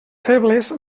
febles